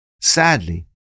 Sadly